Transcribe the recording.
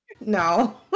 No